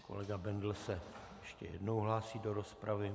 Kolega Bendl se ještě jednou hlásí do rozpravy.